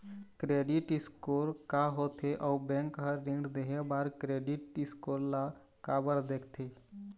Credit score का होथे अउ बैंक हर ऋण देहे बार क्रेडिट स्कोर ला काबर देखते?